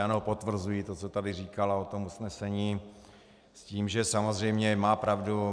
Ano, potvrzuji to, co tady říkala o tom usnesení, s tím, že samozřejmě má pravdu.